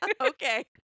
Okay